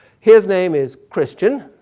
his name is christian,